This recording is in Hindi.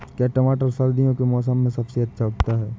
क्या टमाटर सर्दियों के मौसम में सबसे अच्छा उगता है?